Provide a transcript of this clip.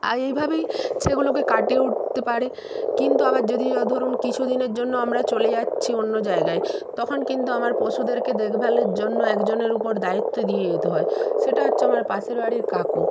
আর এইভাবেই সেগুলোকে কাটিয়ে উঠতে পারে কিন্তু আবার যদিও ধরুন কিছু দিনের জন্যও আমরা চলে যাচ্ছি অন্য জায়গায় তখন কিন্তু আমার পশুদেরকে দেখভালের জন্য একজনের উপর দায়িত্ব দিয়ে যেতে হয় সেটা হচ্চে আমার পাশের বাড়ির কাকু